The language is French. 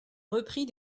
repris